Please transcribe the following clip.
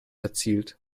erzielt